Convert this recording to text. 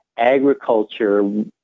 agriculture